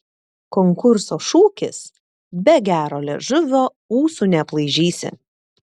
konkurso šūkis be gero liežuvio ūsų neaplaižysi